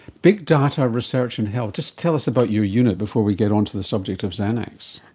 big data research in health. just tell us about your unit before we get onto the subject of xanax.